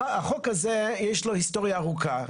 החוק הזה יש לו היסטוריה ארוכה.